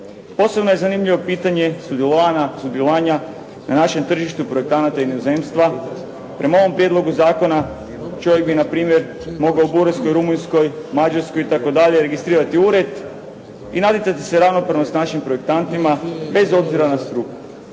Posebno je zanimljivo pitanje sudjelovanja na našem tržištu projektanata inozemstva. Prema ovom prijedlogu zakona čovjek bi na primjer mogao u Bugarskoj, Rumunjskoj, Mađarskoj itd. registrirati ured i natjecati se ravnopravno sa našim projektantima bez obzira na struku.